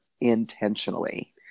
intentionally